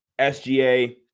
SGA